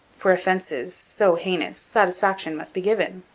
for offences so heinous satisfaction must be given.